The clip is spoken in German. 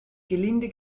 gelinde